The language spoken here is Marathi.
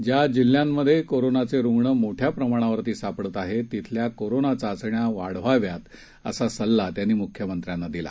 ज्या जिल्ह्यामध्ये कोरोनाचे रुग्ण मोठ्या प्रमाणावर सापडत आहेत तिथल्या कोरोना चाचण्या वाढवाव्यात असा सल्ला त्यांनी मुख्यमंत्र्यांना दिला